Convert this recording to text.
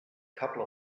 couple